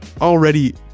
already